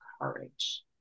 courage